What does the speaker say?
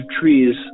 trees